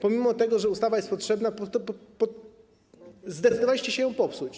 Pomimo tego, że ustawa jest potrzebna, zdecydowaliście się ją popsuć.